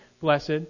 blessed